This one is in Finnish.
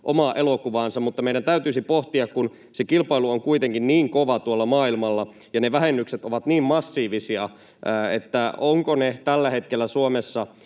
omaa elokuvaansa, mutta meidän täytyisi pohtia, kun se kilpailu on kuitenkin niin kovaa tuolla maailmalla ja ne vähennykset ovat niin massiivisia, ovatko ne tällä hetkellä Suomessa